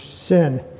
sin